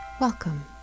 Welcome